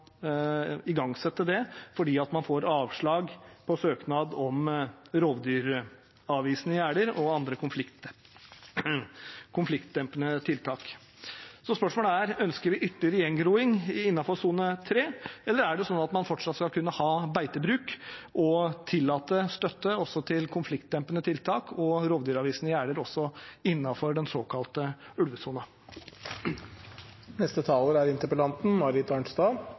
igangsette det fordi man får avslag på søknad om rovdyravvisende gjerder og andre konfliktdempende tiltak. Spørsmålet er: Ønsker vi ytterligere gjengroing innenfor sone 3? Eller skal man fortsatt kunne ha beitebruk og tillate støtte til konfliktdempende tiltak og rovdyravvisende gjerder også innenfor den såkalte ulvesonen? Tidligere i dag har FNs nye rapport om biologisk mangfold vært tatt opp. En tredjedel av artsmangfoldet i Norge er